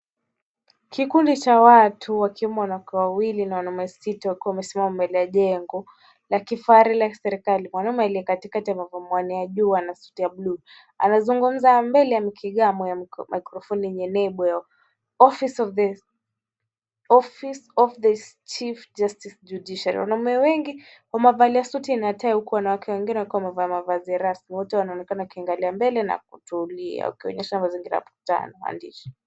Kikundi cha watu wakiwemo wanawake wawili na wanaume sita wakiwa wamesimama mbele ya jengo la kifahari la kiserikali. Mwanaume aliye katikati amevaa miwani ya jua na suti ya bluu, anazungumza mbele ya mikigaa yenye mikrofoni yenye lebo Office of the Chief Justice Judiciary . Wanaume wengi wamevalia suti na tai huku wanawake wengine wakiwa wamevaa mavazi rasmi. Wote wanaonekana wakiangalia mbele na kutulia wakionyesha mazingira ya mkutano wa waandishi.